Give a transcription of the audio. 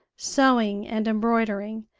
sewing and embroidering,